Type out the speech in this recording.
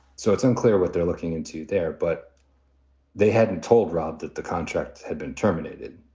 so it's unclear what they're looking into there. but they hadn't told rob that the contract had been terminated.